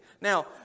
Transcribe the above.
Now